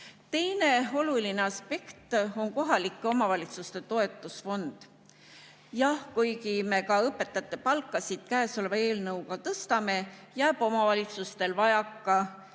oluline aspekt on kohalike omavalitsuste toetusfond. Jah, kuigi me ka õpetajate palkasid käesoleva eelnõu kohaselt tõstame, jääb omavalitsustel vajaka